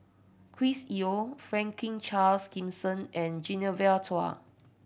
Chris Yeo Franklin Charles Gimson and Genevieve Chua